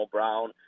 Brown